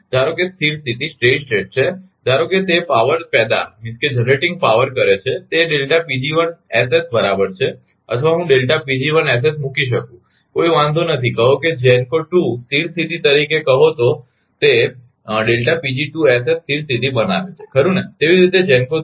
ધારો કે સ્થિર સ્થિતી છે ધારો કે તે પાવર પેદા કરે છે કે બરાબર છે અથવા હું મૂકી શકું કોઇ વાંધો નથી કહો કે GENCO 2 સ્થિર સ્થિતી તરીકે કહો તે સ્થિર સ્થિતી બનાવે છે ખરુ ને